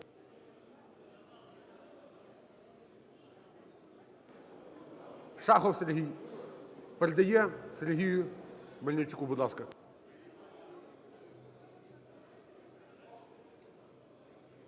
Шахов Сергій передає Сергію Мельничуку, будь ласка.